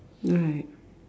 right